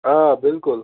آ بلکل